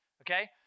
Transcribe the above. okay